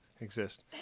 exist